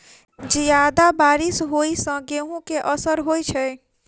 जियादा बारिश होइ सऽ गेंहूँ केँ असर होइ छै?